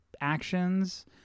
actions